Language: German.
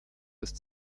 ist